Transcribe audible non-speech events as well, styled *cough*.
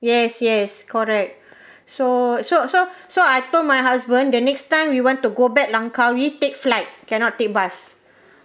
yes yes correct *breath* so so so *breath* so I told my husband the next time you want to go back langkawi take flight cannot take bus